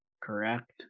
Correct